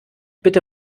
bitte